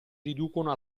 riducono